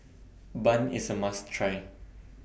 Bun IS A must Try